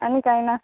आनी कांय ना